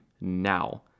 now